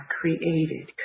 created